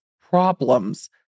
problems